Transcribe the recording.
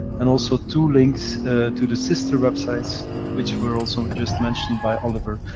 and also, two links to the sister websites which were also just mentioned by oliver,